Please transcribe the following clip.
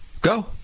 go